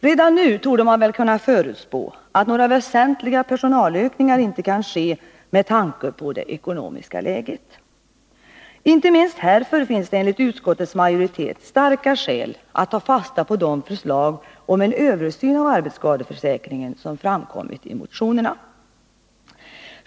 Redan nu torde man kunna förutspå att några väsentliga personalökningar inte kan ske med tanke på det ekonomiska läget. Inte minst härför finns det enligt utskottsmajoritetens uppfattning starka skäl att ta fasta på de förslag om en översyn av arbetsskadeförsäkringen som framkommit i motionerna.